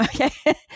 okay